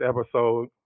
episode